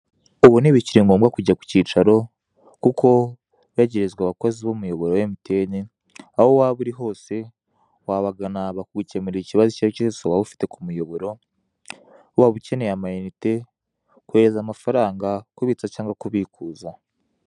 Ubu ntibikiri ngombwa kujya ku cyicaro kuko hegerejwe abakozi b'umuyoboro wa emutiyene, aho waba uri hose wabagana bakagukemurira ikibazo cyose waba ufite k'umuyoboro, waba ukeneye amayinite, kohereza amafaranga, kibitsa cyangwa kubikuza.